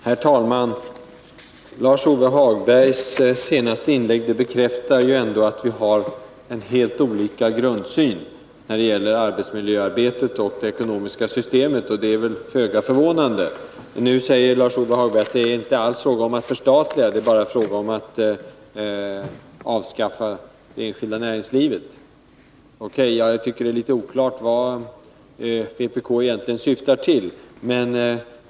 Herr talman! Lars-Ove Hagbergs senaste inlägg bekräftar ändå att vi har helt olika grundsyn när det gäller arbetsmiljöarbetet och det ekonomiska systemet, vilket är föga förvånande. Nu sade Lars-Ove Hagberg att det inte alls är fråga om att förstatliga utan bara om att avskaffa det enskilda näringslivet. O.K., jag tycker det är litet oklart vad vpk egentligen syftar till.